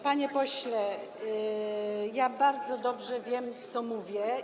Panie pośle, ja bardzo dobrze wiem, co mówię.